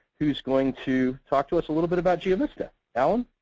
who's going to talk to us a little bit about geovista. alan?